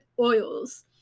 oils